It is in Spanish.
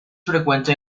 frecuente